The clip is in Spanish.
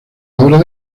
obras